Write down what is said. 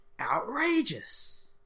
outrageous